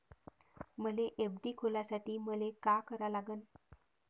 मले एफ.डी खोलासाठी मले का करा लागन?